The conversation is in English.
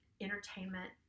entertainment